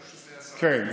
כן.